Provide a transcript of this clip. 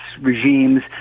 regimes